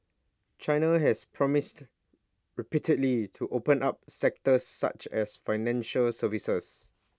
China has promised repeatedly to open up sectors such as financial services